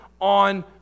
on